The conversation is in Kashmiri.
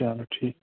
چَلو ٹھیٖک